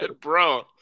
Bro